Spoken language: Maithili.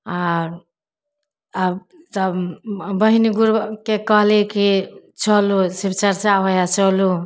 आओर आओर सभ बहिनके कहली कि चलू शिव चर्चा होइ हइ चलू